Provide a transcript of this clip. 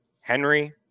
Henry